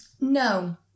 No